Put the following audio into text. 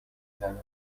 زنم